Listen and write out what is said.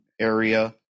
area